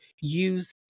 use